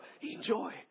enjoy